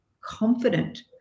confident